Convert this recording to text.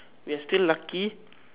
we are still lucky